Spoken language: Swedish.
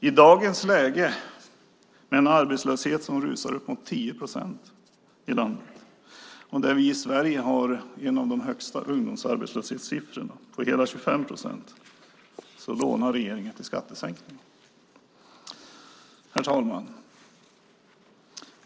I dagens läge i Sverige med en arbetslöshet som rusar upp mot 10 procent och med en av de högsta ungdomsarbetslöshetssiffrorna, hela 25 procent, lånar regeringen till skattesänkningarna. Herr talman!